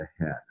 ahead